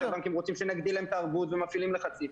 הבנקים רוצים שנגדיל להם את הערבות ומפעילים לחצים.